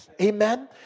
Amen